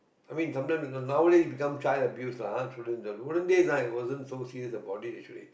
I mean sometimes n~ nowadays become child abuse lah ah !huh! children in the olden days ah it wasn't so serious about it actually